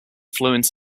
fluent